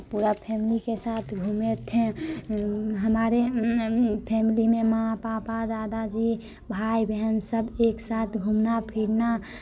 पूरा फैमिली के साथ घूमे थे हमारे फैमिली में माँ पापा दादा जी भाई बहन सब एक साथ घूमना फिरना